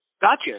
Gotcha